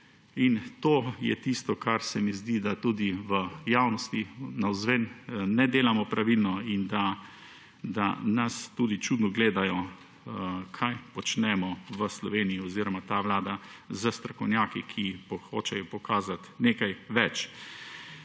To je tisto, kar se mi zdi, da tudi v javnosti, navzven ne delamo pravilno in da nas čudno gledajo, kaj počnemo v Sloveniji oziroma ta vlada s strokovnjaki, ki hočejo pokazati nekaj več.